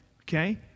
okay